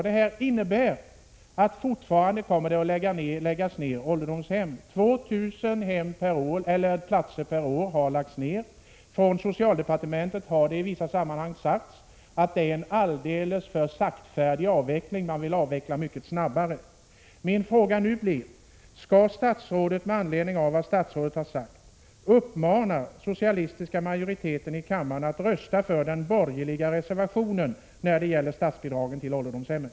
Det innebär att ålderdomshem kommer att läggas ner också i fortsättningen. 2 000 platser per år har lagts ner. Från socialdepartementet har man i vissa sammanhang sagt att detta är en alldeles saktfärdig avveckling. Man vill avveckla mycket snabbare. Min fråga blir därför: Skall statsrådet, med anledning av vad statsrådet nu har sagt, uppmana den socialistiska majoriteten i kammaren att rösta för den borgerliga reservationen när det gäller statsbidragen till ålderdomshemmen?